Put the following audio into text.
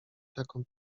taką